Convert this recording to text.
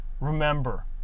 remember